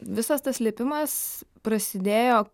visas tas slėpimas prasidėjo